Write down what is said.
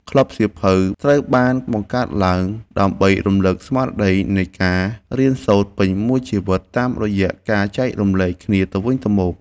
ក្លឹបសៀវភៅត្រូវបានបង្កើតឡើងដើម្បីរំលឹកស្មារតីនៃការរៀនសូត្រពេញមួយជីវិតតាមរយៈការចែករំលែកគ្នាទៅវិញទៅមក។